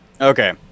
Okay